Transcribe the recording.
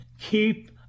keep